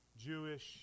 Jewish